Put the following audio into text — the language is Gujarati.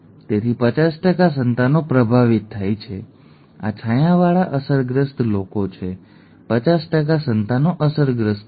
તેથી 50 સંતાનો પ્રભાવિત થાય છે આ છાયાવાળા અસરગ્રસ્ત લોકો છે 50 સંતાનો અસરગ્રસ્ત છે